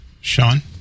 Sean